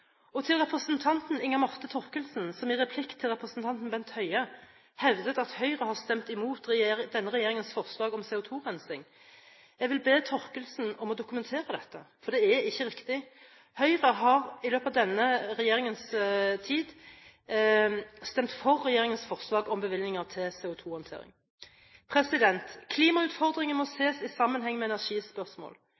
Norge. Til representanten Inga Marte Thorkildsen, som i replikk til representanten Bent Høie hevdet at Høyre har stemt imot denne regjeringens forslag om CO2-rensing: Jeg vil be Thorkildsen om å dokumentere dette, for det er ikke riktig. Høyre har i løpet av denne regjeringens tid stemt for regjeringens forslag om bevilgninger til CO2-håndtering. Klimautfordringene må